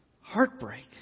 heartbreak